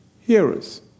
hearers